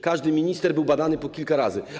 Każdy minister był badany po kilka razy.